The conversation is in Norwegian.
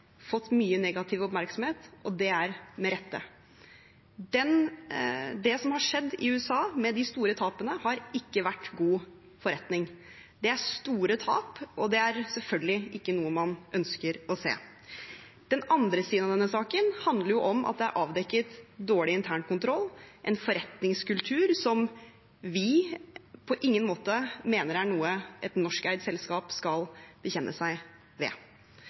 med de store tapene, har ikke vært god forretning. Det er store tap, og det er selvfølgelig ikke noe man ønsker å se. Den andre siden av denne saken handler om at det er avdekket dårlig internkontroll, en forretningskultur som vi på ingen måte mener er noe et norskeid selskap skal vedkjenne seg.